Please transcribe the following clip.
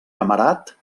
amarat